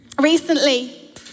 Recently